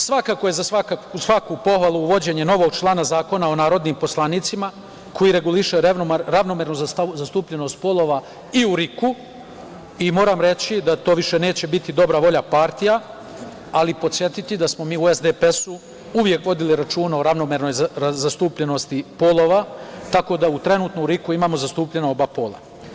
Svakako je za svaku pohvalu uvođenje novog člana Zakona o narodnim poslanicima koji reguliše ravnomernu zastupljenost polova i u RIK-u i moram reći da to više neće biti dobra volja partija, ali podsetiti da smo mi u SDPS-u uvek vodili računa o ravnomernoj zastupljenosti polova, tako da trenutno u RIK-u imamo zastupljena oba pola.